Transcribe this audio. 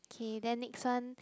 okay then next one